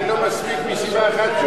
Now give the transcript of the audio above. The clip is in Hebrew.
אני לא מסמיק מסיבה אחת,